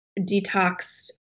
detoxed